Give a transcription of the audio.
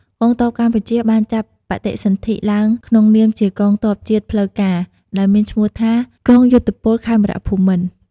កងកម្លាំងកម្ពុជា បានចាប់បដិសន្ធិឡើងក្នុងនាមជាកងទ័ពជាតិផ្លូវការណ៍ ដោយមានឈ្មោះថា "កងយោធពលខេមរៈភូមិន្ទ" ។